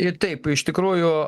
į taip iš tikrųjų